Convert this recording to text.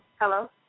Hello